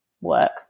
work